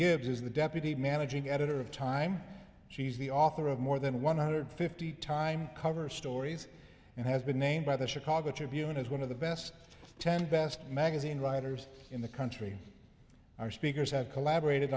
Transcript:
gibbs is the deputy managing editor of time she's the author of more than one hundred fifty time cover stories and has been named by the chicago tribune as one of the best ten best magazine writers in the country our speakers have collaborated